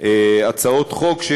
הצעות החוק,